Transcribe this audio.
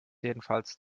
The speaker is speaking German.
jedenfalls